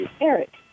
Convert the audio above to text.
Eric